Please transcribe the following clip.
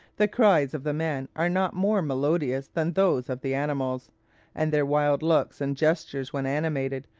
the cries of the men are not more melodious than those of the animals and their wild looks and gestures when animated,